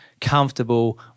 comfortable